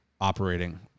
operating